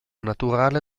naturale